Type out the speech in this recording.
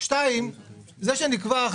יש פה שיח תיאורטי שמתעלם מהממצאים